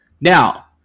Now